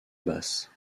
basse